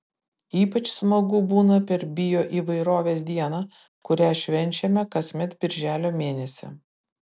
ypač smagu būna per bioįvairovės dieną kurią švenčiame kasmet birželio mėnesį